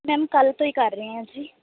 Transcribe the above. ma'am ਕੱਲ੍ਹ ਤੋਂ ਹੀ ਕਰ ਰਹੇ ਹਾਂ ਜੀ